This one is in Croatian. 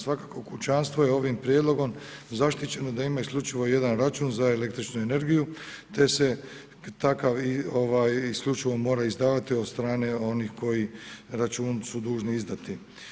Svakako, kućanstvo je ovim prijedlogom zaštićeno da ima isključivo jedan račun za električnu energiju, te se takav i isključivo mora izdavati od strane onih koji račun su dužni izdati.